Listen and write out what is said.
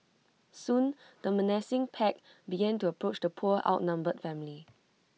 soon the menacing pack began to approach the poor outnumbered family